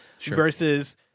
versus